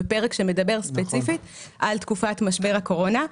בפרק שמדבר ספציפית על תקופת משבר הקורונה.